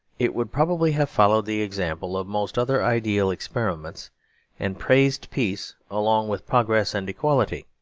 it would probably have followed the example of most other ideal experiments and praised peace along with progress and equality.